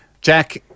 Jack